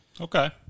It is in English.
Okay